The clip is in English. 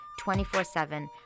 24-7